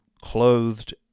clothed